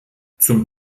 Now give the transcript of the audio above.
zum